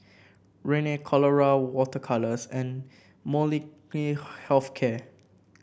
Rene Colora Water Colours and Molnylcke Health Care